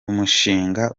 umushinga